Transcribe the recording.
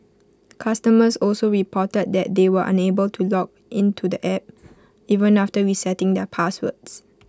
customers also reported that they were unable to log in to the app even after resetting their passwords